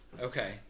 Okay